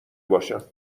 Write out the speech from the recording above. باشم